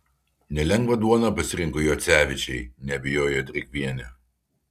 nelengvą duoną pasirinko jocevičiai neabejoja drėgvienė